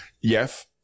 Yes